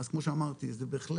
אז כמו שאמרתי זה בהחלט,